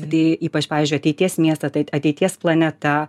tai ypač pavyzdžiui ateities miestai tai ateities planeta